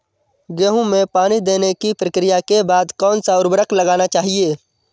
गेहूँ में पानी देने की प्रक्रिया के बाद कौन सा उर्वरक लगाना चाहिए?